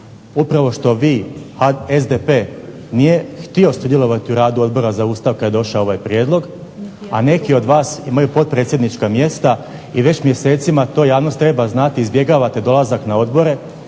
upravo što vi SDP nije htio sudjelovati u radu Odbora za Ustav kad je došao ovaj prijedlog, a neki od vas imaju potpredsjednička mjesta i već mjesecima to javnost treba znati izbjegavate dolazak na odbore,